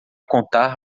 contar